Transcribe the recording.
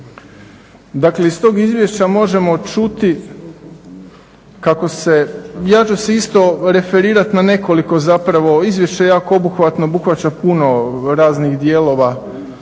Dakle iz tog izvješća moglo se čuti kako se ja ću se isto referirati na nekoliko zapravo izvješće je jako obuhvatno obuhvaća puno raznih dijelova